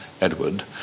Edward